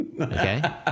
okay